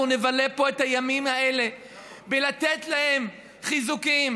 נבלה פה את הימים האלה בלתת להם חיזוקים,